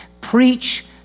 Preach